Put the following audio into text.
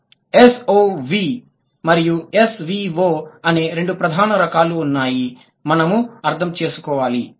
SOV subject verb object కర్త క్రియ కర్మ మరియు SVO subject object verb కర్త కర్మ క్రియ అనే రెండు ప్రధాన రకాలు ఉన్నాయని మనము అర్థం చేసుకున్నాము